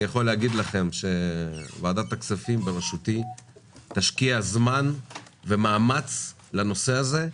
אני יכול להגיד לכם שוועדת הכספים בראשותי תשקיע זמן ומאמץ לנושא הזה.